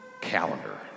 calendar